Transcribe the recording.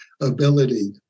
ability